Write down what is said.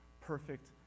perfect